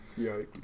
Yikes